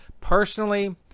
Personally